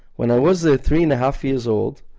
when i was ah three-and-a-half years old,